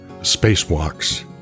spacewalks